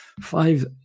five